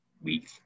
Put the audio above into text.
week